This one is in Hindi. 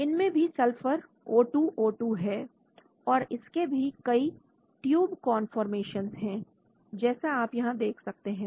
इसमें भी सल्फर O2 O2 है और इसके भी कई ट्यूब कौनफॉरमेशन है जैसा आप यहां देख सकते हैं